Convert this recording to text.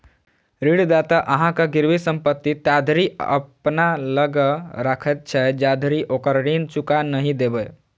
ऋणदाता अहांक गिरवी संपत्ति ताधरि अपना लग राखैत छै, जाधरि ओकर ऋण चुका नहि देबै